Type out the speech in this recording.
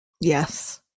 Yes